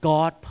God